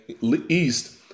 east